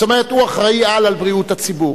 זאת אומרת, הוא אחראי לבריאות הציבור,